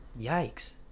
Yikes